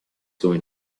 going